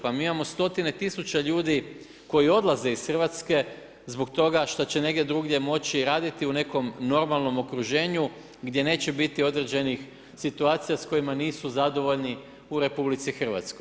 Pa mi imamo stotine tisuća ljudi koji odlaze iz RH zbog toga što će negdje drugdje moći raditi u nekom normalnom okruženju gdje neće biti određenih situacija s kojima nisu zadovoljni u RH.